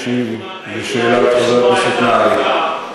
אשיב על שאלת חבר הכנסת נהרי,